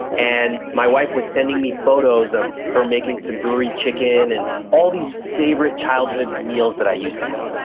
and my wife was sending me photos of her making tandoori chicken and all these favorite childhood meals that i used to have,